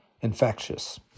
infectious